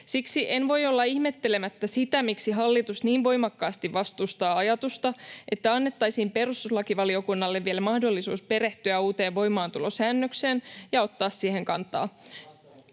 Siksi en voi olla ihmettelemättä sitä, miksi hallitus niin voimakkaasti vastustaa ajatusta, että annettaisiin perustuslakivaliokunnalle vielä mahdollisuus perehtyä uuteen voimaantulosäännökseen ja ottaa siihen kantaa.